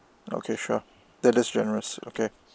okay sure that is generous okay